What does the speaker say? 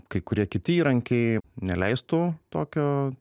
kai kurie kiti įrankiai neleistų tokio